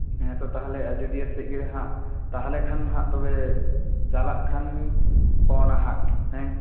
ᱦᱮᱸ ᱛᱳ ᱛᱟᱦᱚᱞᱮ ᱟᱡᱚᱫᱤᱭᱟᱹ ᱥᱮᱫ ᱜᱮᱦᱟᱸᱜ ᱛᱟᱦᱚᱞᱮ ᱠᱷᱟᱱ ᱦᱟᱸᱜ ᱛᱚᱵᱮ ᱪᱟᱞᱟᱜ ᱠᱷᱟᱱ ᱯᱷᱚᱱᱟ ᱦᱟᱸᱜ ᱦᱮᱸ